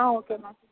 ah okay ma'am